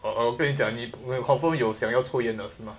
哦我跟你讲你 confirm 有想要抽烟的是吗